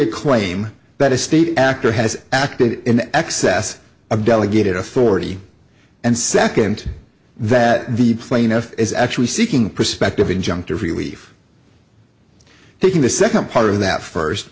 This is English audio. a claim that a state actor has acted in excess of delegated authority and second that the plaintiff is actually seeking prospective injunctive relief taking the second part of that first